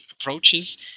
approaches